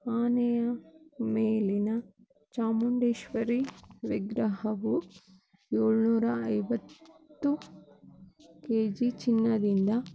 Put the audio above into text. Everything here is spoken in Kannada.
ಆನೆಯ ಮೇಲಿನ ಚಾಮುಂಡೇಶ್ವರಿ ವಿಗ್ರಹವು ಏಳುನೂರ ಐವತ್ತು ಕೆಜಿ ಚಿನ್ನದಿಂದ